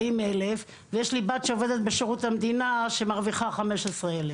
אלף ₪ ויש לי בת שעובדת בשירות המדינה והיא מרוויחה 15,000